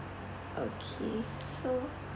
okay so